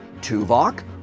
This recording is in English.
Tuvok